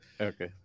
Okay